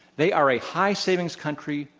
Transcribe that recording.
they are a high-savings country,